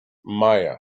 maya